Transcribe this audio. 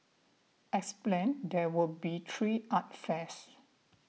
as planned there will be three art fairs